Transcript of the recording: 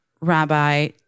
Rabbi